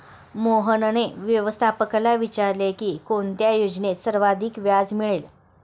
मोहनने व्यवस्थापकाला विचारले की कोणत्या योजनेत सर्वाधिक व्याज मिळेल?